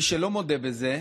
מי שלא מודה בזה,